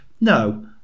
No